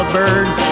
birds